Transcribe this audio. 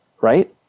right